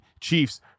Chiefs